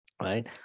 right